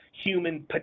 human